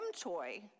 toy